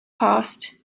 passed